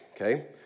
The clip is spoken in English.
okay